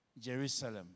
Jerusalem